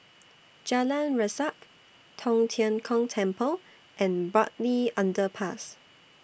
Jalan Resak Tong Tien Kung Temple and Bartley Underpass